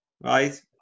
Right